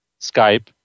Skype